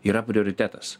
yra prioritetas